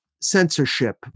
censorship